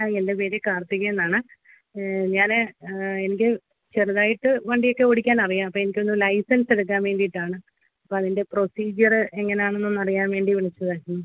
ആ എൻ്റെ പേര് കാർത്തികേന്നാണ് ഞാനേ എൻ്റെ ചെറുതായിട്ട് വണ്ടിയൊക്കെ ഓടിക്കാനറിയാം അപ്പം എനിക്കൊന്ന് ലൈസൻസ് എടുക്കാൻ വേണ്ടീട്ടാണ് അപ്പോൾ അതിൻ്റെ പ്രൊസീജിയറ് എങ്ങനാണെന്നൊന്നറിയാൻ വേണ്ടി വിളിച്ചതായിരുന്നു